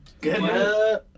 good